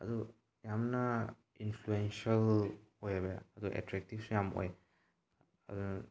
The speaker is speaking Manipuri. ꯑꯗꯨ ꯌꯥꯝꯅ ꯏꯟꯐ꯭ꯂꯨꯌꯦꯟꯁꯦꯜ ꯑꯣꯏꯑꯦꯕ ꯑꯗꯣ ꯑꯦꯠꯇ꯭ꯔꯦꯛꯇꯤꯞꯁꯨ ꯌꯥꯝ ꯑꯣꯏ ꯑꯗꯨꯅ